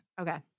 Okay